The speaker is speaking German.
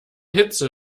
hitze